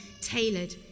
tailored